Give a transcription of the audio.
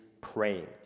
praying